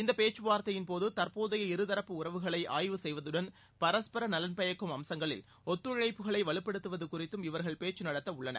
இந்தப் பேச்சுவார்த்தையின்போது தற்போதைய இருதரப்பு உறவுகளை ஆய்வு செய்வதடன் பரஸ்பர நலன் பயக்கும் அம்சங்களில் ஒத்துழைப்புகளை வலுப்படுத்துவது குறித்தும் இவர்கள் பேச்சுவார்த்தை நடத்த உள்ளனர்